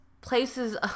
places